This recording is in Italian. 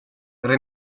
era